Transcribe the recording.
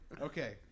Okay